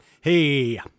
Hey